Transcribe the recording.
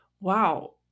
wow